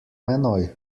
menoj